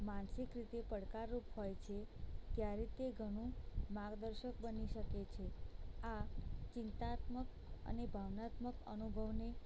માનસિક રીતે પડકારરૂપ હોય છે ત્યારે તે ઘણું માર્ગદર્શક બની શકે છે આ ચિંતાત્મક અને ભાવનાત્મક અનુભવોને